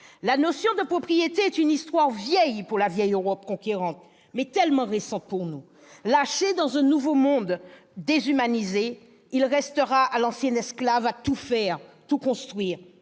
La notion de propriété est une histoire vieille pour la vieille Europe conquérante, mais tellement récente pour nous. Lâché dans un nouveau monde déshumanisé, il restera à l'ancien esclave à tout faire, tout construire.